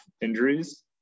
injuries